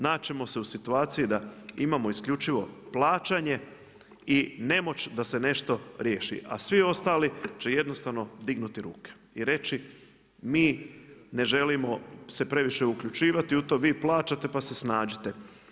Naći ćemo se u situaciji da imamo isključivo plaćanje i nemoć da se nešto riješi, a svi ostali će jednostavno dignuti ruke i reći mi ne želimo se previše uključivati u to, vi plaćate pa se snađite.